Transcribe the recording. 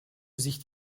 sich